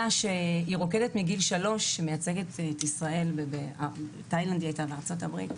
רוקדת מגיל 3 והיא ייצגה את ישראל בתאילנד ובארצות הברית,